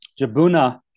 Jabuna